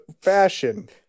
fashion